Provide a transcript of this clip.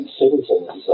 citizens